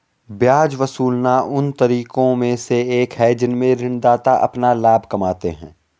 ब्याज वसूलना उन तरीकों में से एक है जिनसे ऋणदाता अपना लाभ कमाते हैं